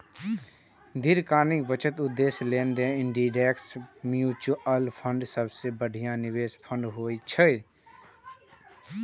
दीर्घकालीन बचत उद्देश्य लेल इंडेक्स म्यूचुअल फंड सबसं बढ़िया निवेश फंड होइ छै